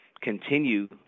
continue